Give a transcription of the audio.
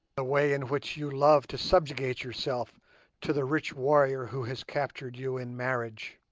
the way in which you love to subjugate yourself to the rich warrior who has captured you in marriage,